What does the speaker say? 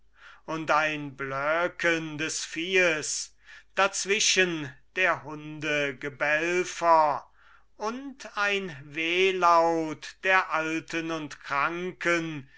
und ein blöken des viehes dazwischen der hunde gebelfer und ein wehlaut der alten und kranken